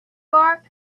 bar